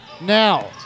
Now